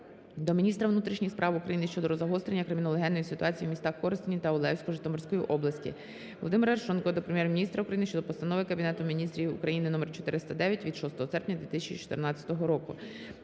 до міністра внутрішніх справ України щодо загострення криміногенної ситуації в містах Коростені та Олевську Житомирської області. Володимира Арешонкова до Прем'єр-міністра України щодо Постанови Кабінету Міністрів України № 409 від 6 серпня 2014 року.